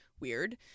Weird